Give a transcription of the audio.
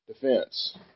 defense